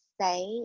say